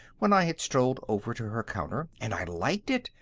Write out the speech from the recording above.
when i had strolled over to her counter, and i liked it,